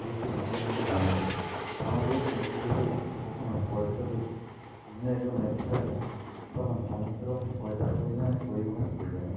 এই সে দূষণমুক্ত যানবাহন আমাদের এখানে যদি কেউ কখনও পর্যটনের জন্য এসে থাকেন তখন সমস্ত রকম পর্যাপ্ত পরিমাণে পরিবহন পেয়ে যাবেন